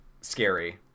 scary